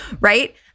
right